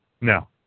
No